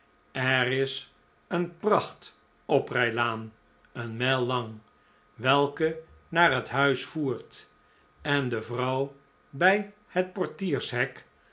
er is een pracht oprijlaan een mijl lang welke naar het huis voert en de vrouw bij het portiershek